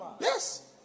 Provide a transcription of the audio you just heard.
Yes